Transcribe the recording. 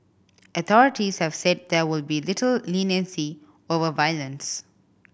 authorities have said there will be little leniency over violence